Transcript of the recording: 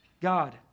God